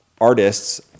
artists